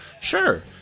sure